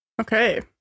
Okay